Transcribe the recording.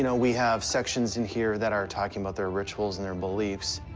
you know we have sections in here that are talking about their rituals and their beliefs.